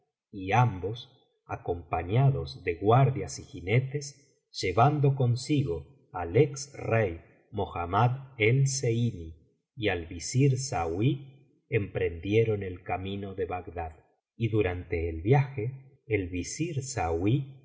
y ambos acompañados de guardias y jinetes llevando consigo al ex rey mohammad el zeiní y al visir sauí emprendieron el camino de bagdad y durante el viaje el visir sairí